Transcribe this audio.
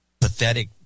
pathetic